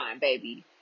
baby